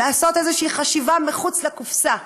לעשות חשיבה מחוץ לקופסה.